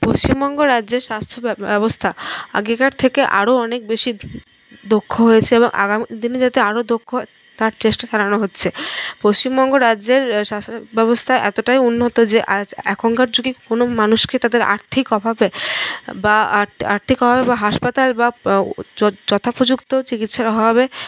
পশ্চিমবঙ্গ রাজ্যের স্বাস্থ্যব্যবস্থা আগেকার থেকে আরও অনেক বেশি দক্ষ হয়েছে এবং আগামী দিনে যাতে আরও দক্ষ হয় তার চেষ্টা চালানো হচ্ছে পশ্চিমবঙ্গ রাজ্যের স্বাস্থ্য ব্যবস্থা এতটাই উন্নত যে এখনকার যুগে কোনো মানুষকে তাদের আর্থিক অভাবে বা আর্থিক অভাবে বা হাসপাতাল বা যথাপযুক্ত চিকিৎসার অভাবে